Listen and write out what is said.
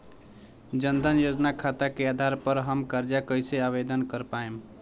जन धन योजना खाता के आधार पर हम कर्जा कईसे आवेदन कर पाएम?